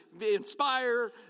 inspire